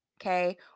Okay